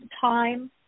time